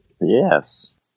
Yes